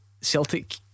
Celtic